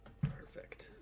Perfect